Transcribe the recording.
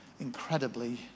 Incredibly